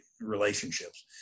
relationships